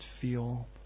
feel